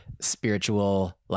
spiritual